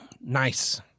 Nice